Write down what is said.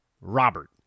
Robert